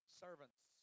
servants